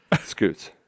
Scoots